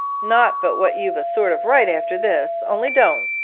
not but what you've a sort of right after this only don't.